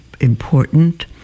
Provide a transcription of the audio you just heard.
important